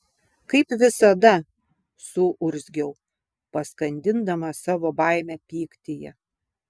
kaip visada suurzgiau paskandindama savo baimę pyktyje